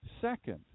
second